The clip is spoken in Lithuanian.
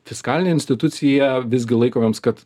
fiskalinė institucija visgi laikomėms kad